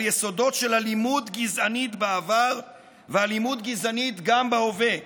על יסודות של אלימות גזענית בעבר ואלימות גזענית גם בהווה.